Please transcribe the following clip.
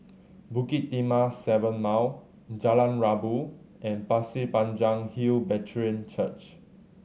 Bukit Timah Seven Mile Jalan Rabu and Pasir Panjang Hill Brethren Church